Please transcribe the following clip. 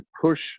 push